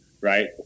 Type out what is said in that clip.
right